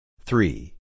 Three